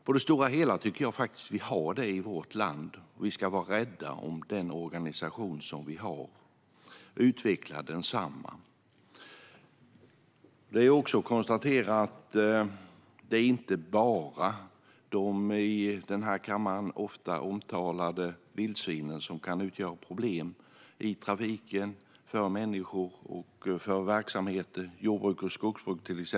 På det stora hela tycker jag faktiskt att vi har det i vårt land, och vi ska vara rädda om den organisation som vi har och utveckla densamma. Det är inte bara de i denna kammare ofta omtalade vildsvinen som kan utgöra problem i trafiken för människor och problem för verksamheter, till exempel jord och skogsbruk.